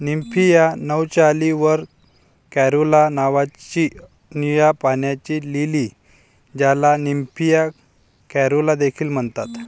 Nymphaea नौचाली वर कॅरुला नावाची निळ्या पाण्याची लिली, ज्याला निम्फिया कॅरुला देखील म्हणतात